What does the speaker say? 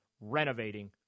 renovating